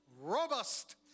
robust